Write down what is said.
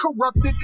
corrupted